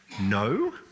No